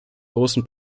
großen